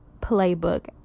playbook